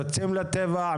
יוצאים לטבע,